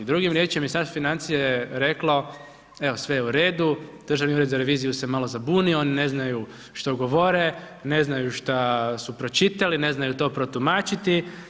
Drugim riječima, Ministarstvo financija je reklo, evo, sve je u redu, Državni ured za reviziju se malo zabunio, ne znaju što govore, ne znaju šta su pročitali, ne znaju to protumačiti.